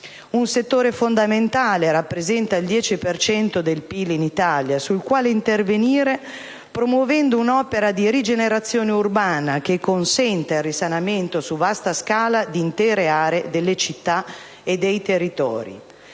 Un settore fondamentale (rappresenta il 10 per cento del PIL in Italia), sul quale intervenire promuovendo un'opera di rigenerazione urbana che consenta il risanamento su vasta scala di intere aree delle città e dei territori.